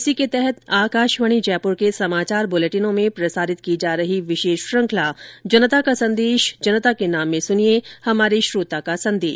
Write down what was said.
इसी के तहत आकाशवाणी जयपुर के समाचार बुलेटिनों में प्रसारित की जा रही विशेष श्रुखंला जनता का संदेश जनता के नाम में सुनिये हमारे श्रोता का संदेश